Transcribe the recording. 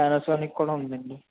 Panasonic కూడా ఉందండి